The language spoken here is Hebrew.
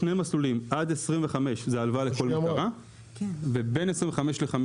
עד 25,000 זה הלוואה לכל מטרה ובין 25 ל-50